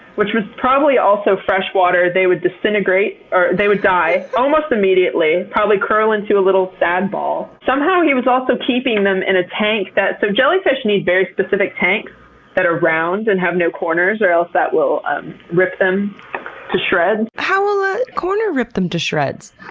which was probably also have fresh water, they would disintegrate, they would die almost immediately. probably curl into a little, sad ball. somehow he was also keeping them in a tank that, so jellyfish need very specific tanks that are round and have no corners or else that will um rip them to shreds. how will a corner rip them to shreds!